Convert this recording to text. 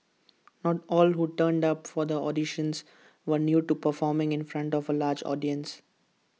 not all who turned up for the auditions were new to performing in front of A large audience